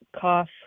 cough